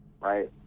right